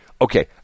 okay